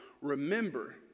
Remember